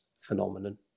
phenomenon